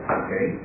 okay